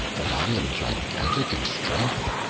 that i am gigantic in strength,